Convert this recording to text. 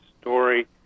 story